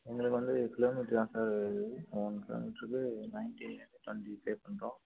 எங்களுக்கு வந்து கிலோமீட்டர் தான் சார் அமௌண்ட் ஒரு கிலோமீட்டருக்கு நயன்டீன் டுவெண்ட்டி பே பண்ணுறோம்